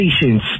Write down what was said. patience